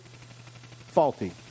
faulty